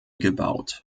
gebaut